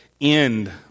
end